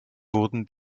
wurden